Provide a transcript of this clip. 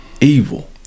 evil